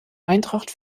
eintracht